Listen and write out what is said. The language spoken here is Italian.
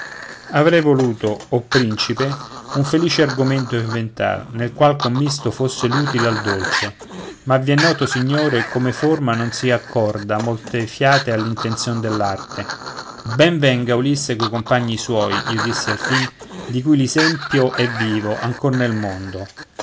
avrei voluto o principe un felice argomento inventar nel qual commisto fosse l'utile al dolce ma vi è noto signore come forma non si accorda molte fiate all'intenzion dell'arte ben venga ulisse co compagni suoi io dissi alfin di cui l'esempio è vivo ancor nel mondo